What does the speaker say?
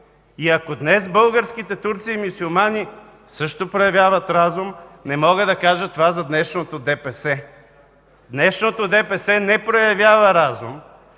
и ако днес българските турци и мюсюлмани също проявяват разум, не мога да кажа това за днешното ДПС. Днешното ДПС не проявява разум.